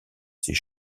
ses